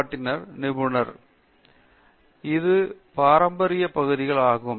பேராசிரியர் பிரதாப் ஹரிதாஸ் இது பாரம்பரியப் பகுதிகள் ஆகும்